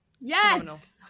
yes